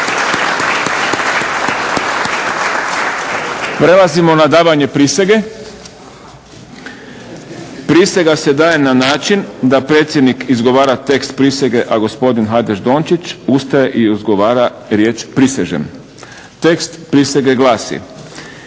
Prelazimo na davanje prisege. Prisega se daje na način da predsjednik izgovara tekst prisege, a gospodin Hajdaš Dončić ustaje i odgovara riječ prisežem. Tekst prisege glasi: